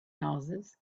houses